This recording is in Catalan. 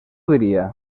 diria